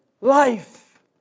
life